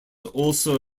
also